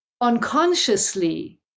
unconsciously